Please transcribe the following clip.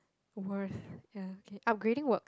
worth ya okay upgrading work